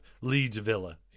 Leeds-Villa